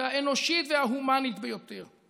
האנושית וההומנית ביותר.